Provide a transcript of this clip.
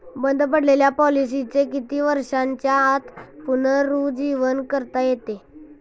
बंद पडलेल्या पॉलिसीचे किती वर्षांच्या आत पुनरुज्जीवन करता येते?